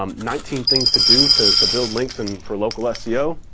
um nineteen things to do to to build links and for local seo.